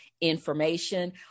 information